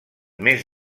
més